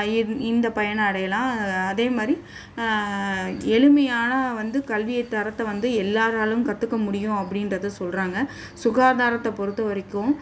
இந்த இந்த பயனை அடையலாம் அதேமாதிரி எளிமையான வந்து கல்வி தரத்தை வந்து எல்லோராலும் கற்றுக்க முடியும் அப்படின்றத சொல்கிறாங்க சுகாதாரத்தை பொறுத்த வரைக்கும்